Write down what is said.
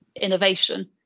innovation